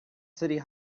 city